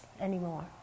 anymore